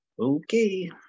okay